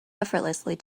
effortlessly